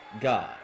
God